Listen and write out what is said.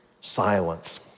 silence